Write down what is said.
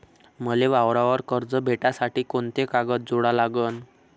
मले वावरावर कर्ज भेटासाठी कोंते कागद जोडा लागन?